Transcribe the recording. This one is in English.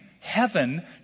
heaven